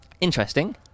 Interesting